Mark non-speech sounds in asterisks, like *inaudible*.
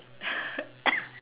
*coughs*